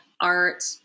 art